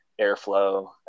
airflow